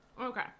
Okay